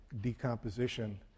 decomposition